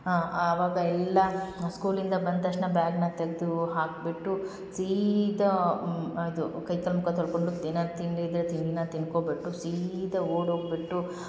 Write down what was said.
ಹಾಂ ಆವಾಗ ಎಲ್ಲಾ ನಾವು ಸ್ಕೂಲಿಂದ ಬಂದ ತಕ್ಷಣ ಬ್ಯಾಗ್ನ ತೆಗೆದು ಹಾಕಿಬಿಟ್ಟು ಸೀದಾ ಇದು ಕೈಕಾಲು ಮುಖ ತೊಳ್ಕೊಂಡು ತೇನ ತಿಂಡಿ ಇದ್ದರೆ ತಿನ್ನ ತಿನ್ಕೋಬಿಟ್ಟು ಸೀದಾ ಓಡೋಗಿಬಿಟ್ಟು